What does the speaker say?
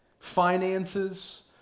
finances